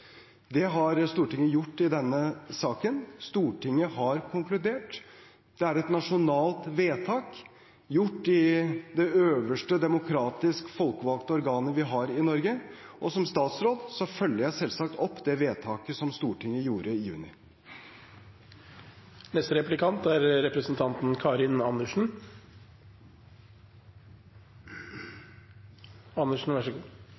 det er Stortinget som vedtar kommunegrensene og sammenslåingene av kommuner. Det har Stortinget gjort i denne saken. Stortinget har konkludert. Det er et nasjonalt vedtak gjort i det øverste demokratisk folkevalgte organet vi har i Norge. Som statsråd følger jeg selvsagt opp det vedtaket som Stortinget gjorde i juni. Det er